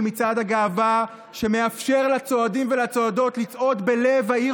מצעד הגאווה שמאפשר לצועדים ולצועדות לצעוד בלב העיר